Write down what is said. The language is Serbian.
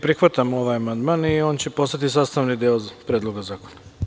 Prihvatamo ovaj amandman i on će postati sastavni deo Predloga zakona.